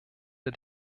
der